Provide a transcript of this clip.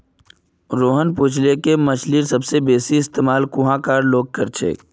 रोहन पूछले कि मछ्लीर सबसे बेसि इस्तमाल कुहाँ कार लोग कर छे